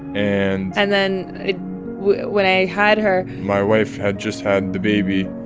and. and then when i had her. my wife had just had the baby,